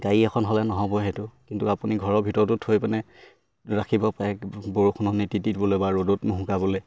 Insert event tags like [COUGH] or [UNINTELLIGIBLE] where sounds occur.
গাড়ী এখন হ'লে নহ'ব সেইটো কিন্তু আপুনি ঘৰৰ ভিতৰতো থৈ পিনে ৰাখিব পাৰে বৰষুণত [UNINTELLIGIBLE] বোলে বা ৰ'দত নুশুকাবলে